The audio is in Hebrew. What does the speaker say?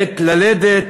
עת ללדת,